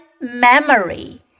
memory